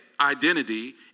identity